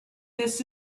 this